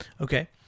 Okay